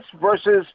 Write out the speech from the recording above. versus